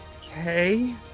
okay